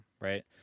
right